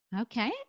Okay